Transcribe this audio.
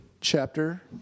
chapter